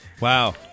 Wow